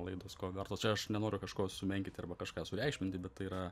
laidos ko vertos čia aš nenoriu kažko sumenkinti arba kažką sureikšminti bet tai yra